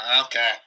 Okay